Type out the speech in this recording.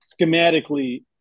schematically